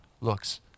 looks